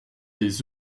des